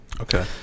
Okay